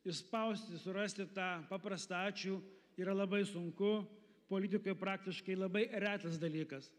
išspausti surasti tą paprastą ačiū yra labai sunku politikoj praktiškai labai retas dalykas